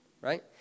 Right